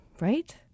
right